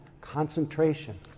concentration